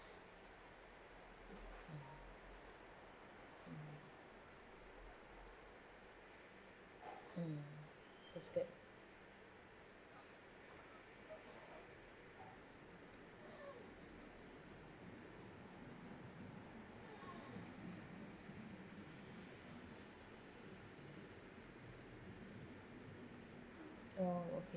mm mm mm that's good oh okay